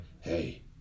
hey